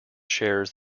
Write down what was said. shares